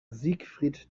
siegfried